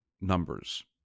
numbers